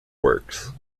works